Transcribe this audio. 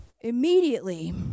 Immediately